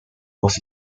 was